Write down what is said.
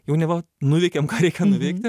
jau neva nuveikėm ką reikia nuveikti